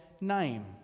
name